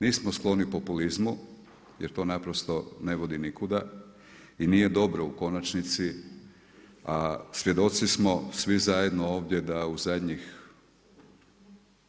Nismo skloni populizmu jer to naprosto ne vodi nikuda i nije dobro u konačnici a svjedoci smo svi zajedno ovdje da u zadnjih